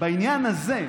בעניין הזה,